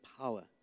power